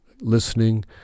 listening